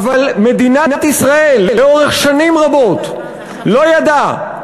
אבל מדינת ישראל לאורך שנים רבות לא ידעה